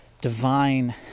divine